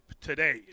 today